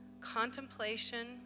contemplation